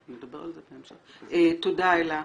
תודה, אלה.